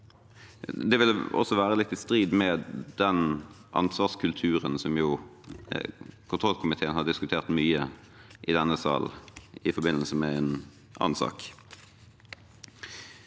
Det ville også være litt i strid med den ansvarskulturen som kontrollkomiteen har diskutert mye i denne salen, i forbindelse med en annen sak.